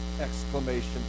exclamation